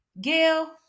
Gail